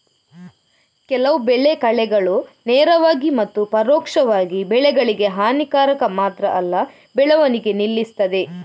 ಕೆಲವು ಬೆಳೆ ಕಳೆಗಳು ನೇರವಾಗಿ ಮತ್ತು ಪರೋಕ್ಷವಾಗಿ ಬೆಳೆಗಳಿಗೆ ಹಾನಿಕಾರಕ ಮಾತ್ರ ಅಲ್ಲ ಬೆಳವಣಿಗೆ ನಿಲ್ಲಿಸ್ತದೆ